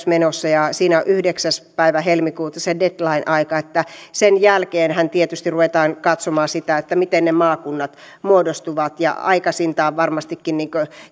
menossa ja siinä on yhdeksäs päivä helmikuuta deadline aika ja sen jälkeenhän tietysti ruvetaan katsomaan sitä miten ne maakunnat muodostuvat ja aikaisintaan varmastikin